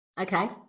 Okay